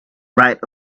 right